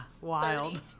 Wild